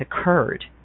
occurred